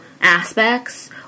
aspects